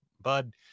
bud